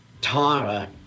Tara